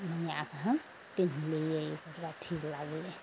मँगायके हम पिन्हलियै ओ कपड़ा ठीक लागय रहय